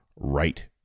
right